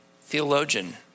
theologian